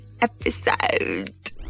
episode